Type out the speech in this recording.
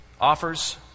offers